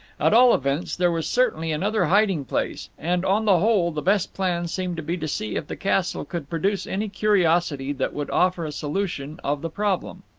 at all events, there was certainly another hiding-place and, on the whole, the best plan seemed to be to see if the castle could produce any curiosity that would offer a solution of the problem.